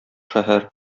шәһәр